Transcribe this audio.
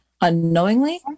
unknowingly